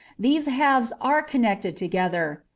these halves are connected together,